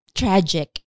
tragic